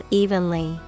evenly